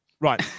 Right